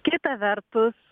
kita vertus